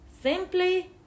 simply